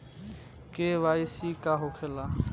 KYC का होखेला?